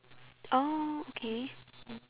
orh okay